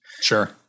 Sure